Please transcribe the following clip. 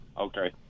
Okay